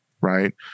right